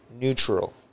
neutral